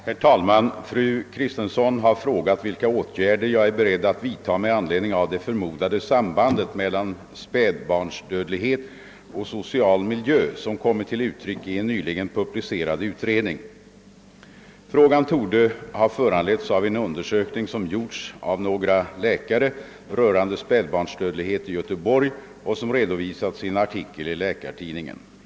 Herr talman! Fru Kristensson har frågat vilka åtgärder jag är beredd att vidta med anledning av det förmodade sambandet mellan spädbarnsdödlighet och social miljö, som kommit till uttryck i en nyligen publicerad utredning. Frågan torde ha föranletts av en undersökning som gjorts av några läkare rörande spädbarnsdödlighet i Göteborg och som redovisats i en artikel i Läkartidningen.